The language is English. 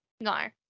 No